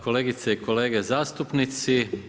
Kolegice i kolege zastupnici.